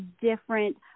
different